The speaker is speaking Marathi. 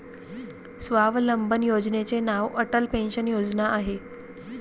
स्वावलंबन योजनेचे नाव अटल पेन्शन योजना आहे